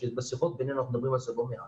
שבשיחות בינינו אנחנו מדברים על זה לא מעט.